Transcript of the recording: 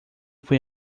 foi